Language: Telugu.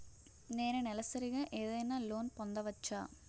నేను నెలసరిగా ఏదైనా లోన్ పొందవచ్చా?